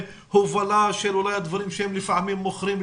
הובלה של אולי הדברים שהם לפעמים מוכרים,